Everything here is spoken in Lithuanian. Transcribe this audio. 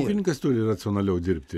ūkininkas turi racionaliau dirbti